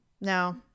No